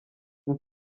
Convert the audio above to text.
vous